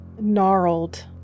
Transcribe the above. gnarled